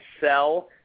sell